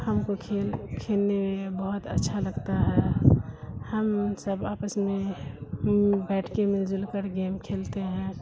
ہم کو کھیل کھیلنے میں بہت اچھا لگتا ہے ہم سب آپس میں بیٹھ کے مل جل کر گیم کھیلتے ہیں